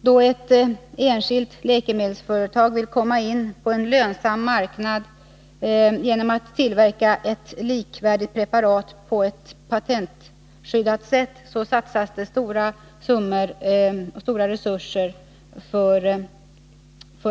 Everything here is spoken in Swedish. Då ett enskilt läkemedelsföretag vill komma in på en lönsam marknad genom att tillverka ett likvärdigt preparat på ett patentskyddat sätt satsas stora resurser.